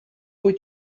would